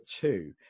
two